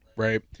Right